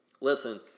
listen